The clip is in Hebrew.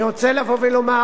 אני רוצה לבוא ולומר,